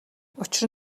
учир